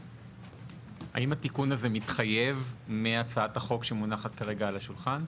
האם התיקון הזה מתחייב מהצעת החוק שמונחת כרגע על השולחן?